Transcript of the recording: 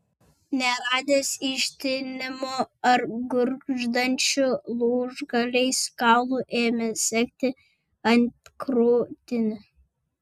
neradęs ištinimų ar gurgždančių lūžgaliais kaulų ėmė segti antkrūtinį